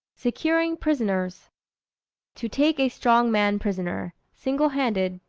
securing prisoners to take a strong man prisoner singlehanded,